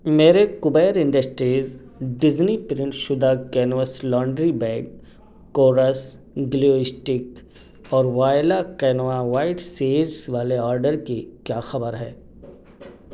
میرے Kabir industries Disney print شدہ canvas laundry bag Kores glue stick اور وائلا قینوا وہائٹ سیڈز والے آڈر کی کیا خبر ہے